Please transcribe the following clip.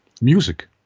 music